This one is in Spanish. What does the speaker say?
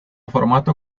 formato